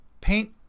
paint